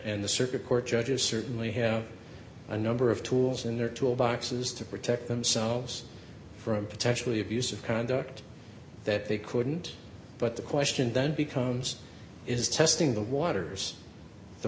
and the circuit court judges certainly have a number of tools in their tool boxes to protect themselves from potentially abusive conduct that they couldn't but the question then becomes is testing the waters the